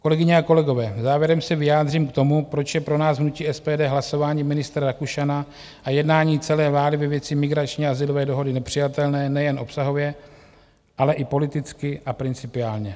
Kolegyně a kolegové, závěrem se vyjádřím k tomu, proč je pro nás, hnutí SPD, hlasování ministra Rakušana a jednání celé vlády ve věci migrační azylové dohody nepřijatelné nejen obsahově, ale i politicky a principiálně.